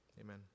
amen